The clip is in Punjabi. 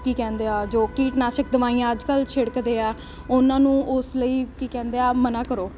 ਕੀ ਕਹਿੰਦੇ ਆ ਜੋ ਕੀਟਨਾਸ਼ਕ ਦਵਾਈਆਂ ਅੱਜ ਕੱਲ੍ਹ ਛਿੜਕਦੇ ਆ ਉਹਨਾਂ ਨੂੰ ਉਸ ਲਈ ਕੀ ਕਹਿੰਦੇ ਆ ਮਨਾ ਕਰੋ